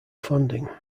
funding